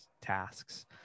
tasks